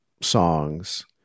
songs